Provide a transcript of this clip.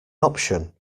option